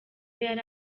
yari